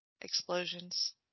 explosions